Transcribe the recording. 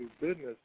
business